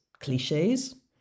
cliches